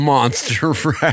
Monster